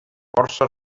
força